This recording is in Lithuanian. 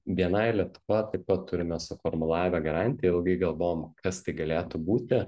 bni lietuva taip pat turime suformulavę garantiją ilgai galvojom kas tai galėtų būti